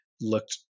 looked